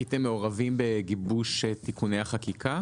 הייתם מעורבים בגיבוש תיקוני החקיקה